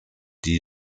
die